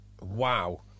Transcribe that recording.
Wow